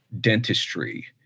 Dentistry